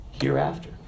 hereafter